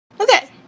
Okay